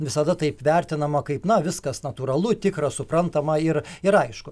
visada taip vertinama kaip na viskas natūralu tikra suprantama ir ir aišku